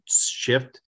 shift